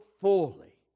fully